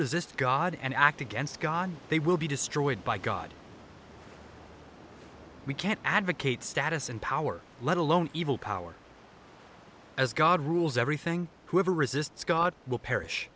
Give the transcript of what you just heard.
resist god and act against god they will be destroyed by god we can't advocate status and power let alone evil power as god rules everything whoever resists god will perish